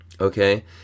Okay